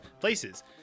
places